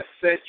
set